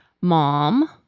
mom